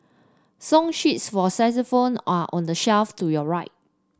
song sheets for xylophones are on the shelf to your right